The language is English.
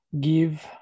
give